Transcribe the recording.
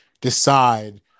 decide